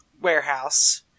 warehouse